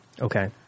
Okay